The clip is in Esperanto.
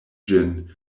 ĝin